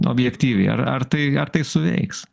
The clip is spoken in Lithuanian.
objektyviai ar ar tai ar tai suveiks